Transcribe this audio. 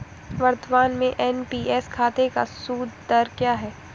वर्तमान में एन.पी.एस खाते का सूद दर क्या है?